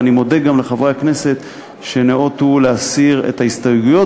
ואני מודה גם לחברי הכנסת שניאותו להסיר את ההסתייגויות